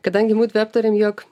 kadangi mudvi aptarėm jog